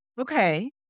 Okay